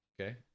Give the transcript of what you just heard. Okay